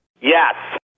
Yes